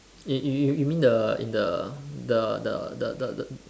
you you you you you mean the in the the the the the